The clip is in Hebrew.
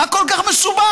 מה כל כך מסובך?